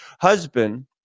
husband